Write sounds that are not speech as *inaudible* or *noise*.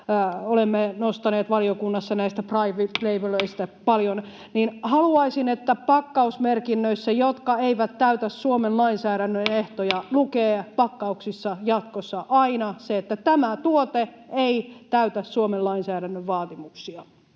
olemme nostaneet valiokunnassa paljon näistä private labeleista, *noise* niin haluaisin, että pakkausmerkinnöissä, jotka eivät täytä Suomen lainsäädännön ehtoja, *noise* lukee pak-kauksissa jatkossa aina se, että tämä tuote ei täytä Suomen lainsäädännön vaatimuksia.